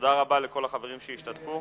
תודה רבה לכל החברים שהשתתפו.